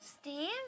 Steve